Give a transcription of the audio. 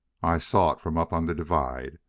i saw it from up on the divide.